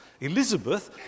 Elizabeth